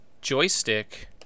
joystick